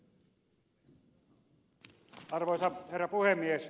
arvoisa herra puhemies